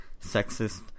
sexist